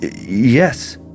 Yes